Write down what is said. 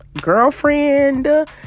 girlfriend